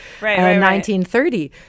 1930